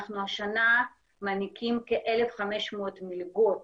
אנחנו השנה מעניקים כ-1,500 מלגות